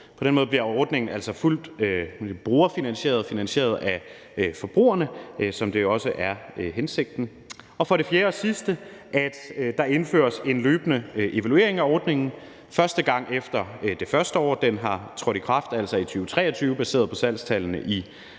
På den måde bliver ordningen altså fuldt brugerfinansieret, dvs. finansieret af forbrugerne, som det jo også er hensigten. For det fjerde og sidste foreslås det, at der indføres en løbende evaluering af ordningen, første gang efter det første år den har været trådt i kraft, altså i 2023, baseret på sagstallene i 2022,